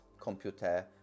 computer